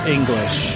English